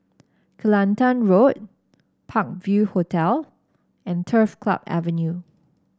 Kelantan Road Park View Hotel and Turf Club Avenue